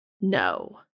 No